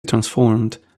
transformed